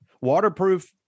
Waterproof